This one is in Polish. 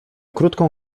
krótką